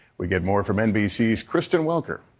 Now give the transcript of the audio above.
we get more from nbc's kristen welker.